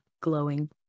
glowing